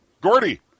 Gordy